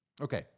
Okay